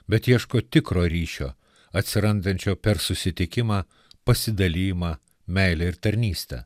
bet ieško tikro ryšio atsirandančio per susitikimą pasidalijimą meilę ir tarnystę